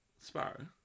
Sparrow